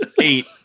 eight